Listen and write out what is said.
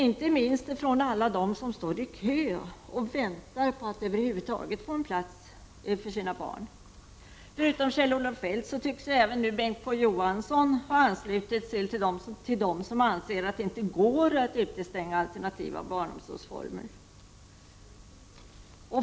Inte minst gäller detta alla som står i kö och väntar på att över huvud taget få en plats för sina barn. Förutom Kjell-Olof Feldt tycks även Bengt K Å Johansson ansluta sig till dem som anser att det inte går att utestänga alternativa barnomsorgsformer.